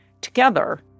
together